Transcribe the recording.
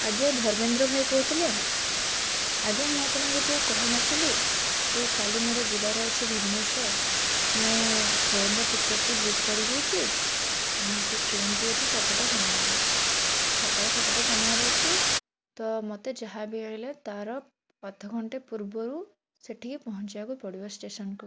ଆଜ୍ଞା ଧର୍ମେନ୍ଦ୍ର ଭାଇ କହୁଥିଲେ ଆଜ୍ଞା ମୁଁ ଆପଣଙ୍କୁ ଯେଉଁ କହିନଥିଲି କି କାଲି ମୋର ଯିବାର ଅଛି ଭୁବନେଶ୍ଵର ମୁଁ ଟ୍ରେନ୍ର ଟିକେଟ୍ଟି ବୁକ୍ କରିଦେଇଛି ସେ ଟ୍ରେନ୍ଟି ହେଉଛି ସାତଟା ସମୟରେ ସକାଳ ସାତେଟା ସମୟରେ ଅଛି ତ ମୋତେ ଯାହା ବି ହେଲେ ତା'ର ଅଧଘଣ୍ଟେ ପୂର୍ବରୁ ସେଠିକି ପହଞ୍ଚିବାକୁ ପଡ଼ିବ ଷ୍ଟେସନ୍କୁ